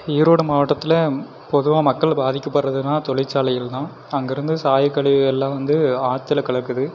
ஈரோடு மாவட்டத்தில் பொதுவாக மக்கள் பாதிக்கப்படுறதுனா தொழிற்சாலைகள் தான் அங்கேருந்து சாயக்கழிவு எல்லாம் வந்து ஆற்றுல கலக்குது